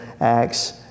Acts